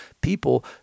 people